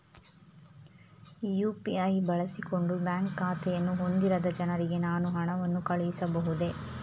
UPI ಬಳಸಿಕೊಂಡು bank ಖಾತೆಯನ್ನು ಹೊಂದಿರದ ಜನರಿಗೆ ನಾನು ಹಣವನ್ನು ಕಳುಹಿಸಬಹುದೇ?